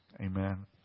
Amen